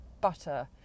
butter